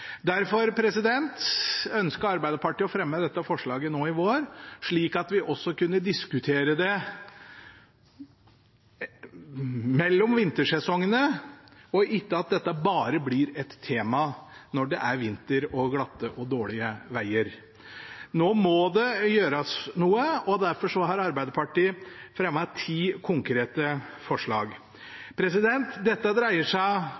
Derfor ønsket Arbeiderpartiet å fremme dette forslaget nå i vår, så vi kunne diskutere det også mellom vintersesongene, slik at dette ikke bare blir et tema når det er vinter og glatte og dårlige veger. Nå må det gjøres noe, og derfor har Arbeiderpartiet fremmet ti konkrete forslag. Dette dreier seg